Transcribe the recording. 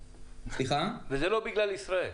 וזה לא בגלל ישראל.